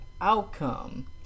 outcome